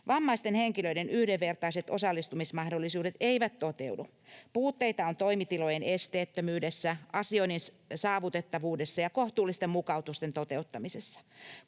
Vammaisten henkilöiden yhdenvertaiset osallistumismahdollisuudet eivät toteudu. Puutteita on toimitilojen esteettömyydessä, asioinnin saavutettavuudessa ja kohtuullisten mukautusten toteuttamisessa.